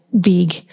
big